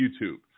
YouTube